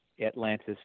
Atlantis